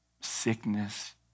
sickness